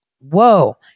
whoa